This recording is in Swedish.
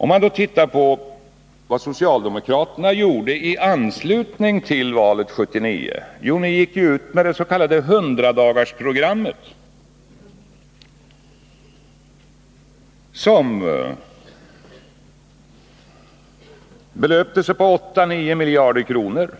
Låt oss titta på vad socialdemokraterna gjorde i anslutning till valet 1979. Ni gick ut med det s.k. hundradagarsprogrammet, som belöpte sig på 8-9 miljarder kronor.